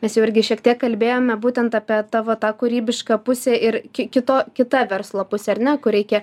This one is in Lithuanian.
mes jau irgi šiek tiek kalbėjome būtent apie tavo tą kūrybišką pusę ir ki kito kita verslo pusė ar ne kur reikia